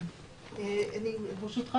ברשותך,